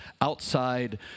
outside